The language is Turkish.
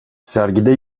sergide